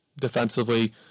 defensively